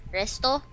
resto